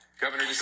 Governor